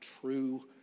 true